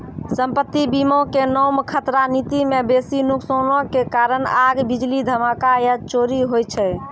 सम्पति बीमा के नाम खतरा नीति मे बेसी नुकसानो के कारण आग, बिजली, धमाका या चोरी होय छै